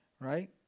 Right